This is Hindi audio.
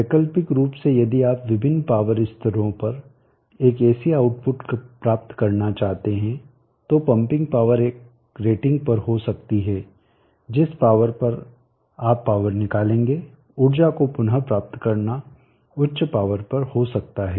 वैकल्पिक रूप से यदि आप विभिन्न पॉवर स्तरों पर एक एसी आउटपुट प्राप्त करना चाहते हैं तो पंपिंग पावर एक रेटिंग पर हो सकती है जिस पॉवर पर आप पॉवर निकालेंगे ऊर्जा को पुनः प्राप्त करना उच्च पॉवर पर हो सकता है